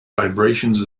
vibrations